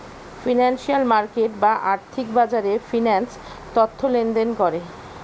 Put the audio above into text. financial market বা আর্থিক বাজারে ফিন্যান্স তথ্য লেনদেন করে